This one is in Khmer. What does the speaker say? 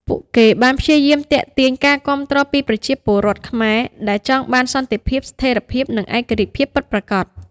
ពួកគេបានព្យាយាមទាក់ទាញការគាំទ្រពីប្រជាពលរដ្ឋខ្មែរដែលចង់បានសន្តិភាព ស្ថិរភាព និងឯករាជ្យភាពពិតប្រាកដ។